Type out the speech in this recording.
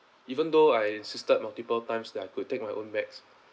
even though I insisted multiple times that I could take my own bags